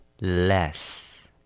less